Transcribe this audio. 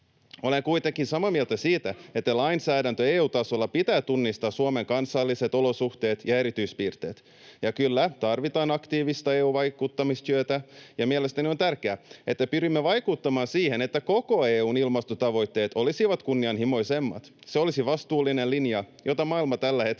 Olen kuitenkin samaa mieltä siitä, että lainsäädännön EU-tasolla pitää tunnistaa Suomen kansalliset olosuhteet ja erityispiirteet. Ja kyllä, tarvitaan aktiivista EU-vaikuttamistyötä. Mielestäni on tärkeää, että pyrimme vaikuttamaan siihen, että koko EU:n ilmastotavoitteet olisivat kunnianhimoisemmat. Se olisi vastuullinen linja, jota maailma tällä hetkellä